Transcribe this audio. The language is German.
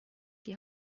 die